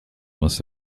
must